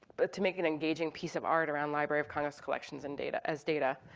but to make an engaging piece of art around library of congress collections and data as data.